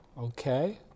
Okay